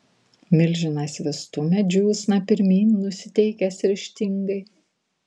milžinas vis stumia džiūsną pirmyn nusiteikęs ryžtingai